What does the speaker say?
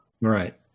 right